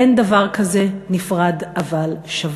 אין דבר כזה נפרד אבל שווה.